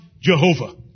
Jehovah